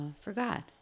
forgot